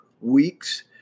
weeks –